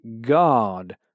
God